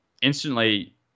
instantly